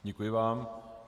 Děkuji vám.